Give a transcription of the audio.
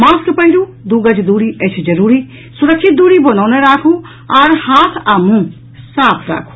mask पहिरू दू गज दूरी अछि जरूरी सुरक्षित दूरी बनौने राखू आ हाथ आ मुंह साफ राखू